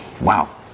wow